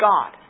God